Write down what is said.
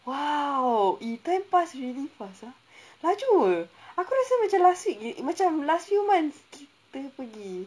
!wow! !ee! time pass really fast ah laju jer aku rasa macam last week eh macam last few months kita pergi